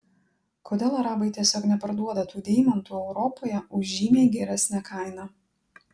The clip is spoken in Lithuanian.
kodėl arabai tiesiog neparduoda tų deimantų europoje už žymiai geresnę kainą